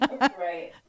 Right